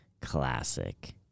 classic